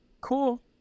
cool